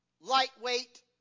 lightweight